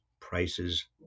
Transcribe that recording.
prices